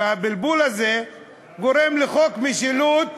והבלבול הזה גורם לחוק משילות,